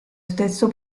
stesso